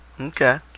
Okay